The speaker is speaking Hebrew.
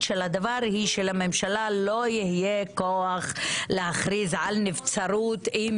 של הדבר היא שלממשלה לא יהיה כוח להכריז על נבצרות אם